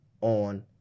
on